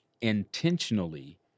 intentionally